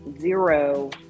zero